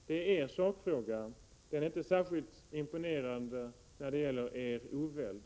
Det är alltså er sakfråga. Den är inte särskilt imponerande när det gäller er oväld.